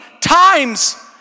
times